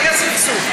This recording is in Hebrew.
היה סכסוך.